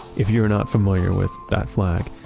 if you're not familiar with that flag,